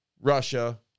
russia